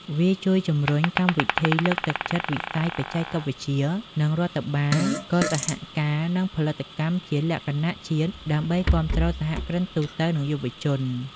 វាជួយជំរុញកម្មវិធីលើកទឹកចិត្តវិស័យបច្ចេកវិទ្យា និង រដ្ឋាភិបាលក៏សហការ និងផលិតកម្មជាលក្ខណៈជាតិដើម្បីគាំទ្រអ្នកសហគ្រិនទូទៅ និងយុវជន។